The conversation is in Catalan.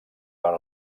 per